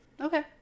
okay